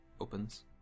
opens